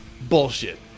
bullshit